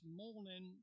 morning